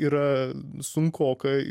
yra sunkoka